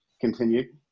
Continue